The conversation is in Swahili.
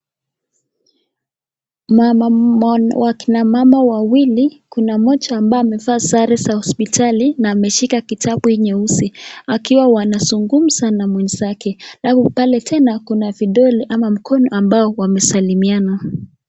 Wakina mama wawili, kuna mmoja ambaye amevaa sare za hospitali na ameshika kitabu nyeusi, akiwa wanazungumza na mwenzake. Alafu pale tena kuna vidole ama mkono ambao wamesalamiana.